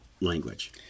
language